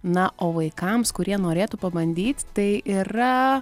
na o vaikams kurie norėtų pabandyt tai yra